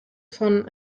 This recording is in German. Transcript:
von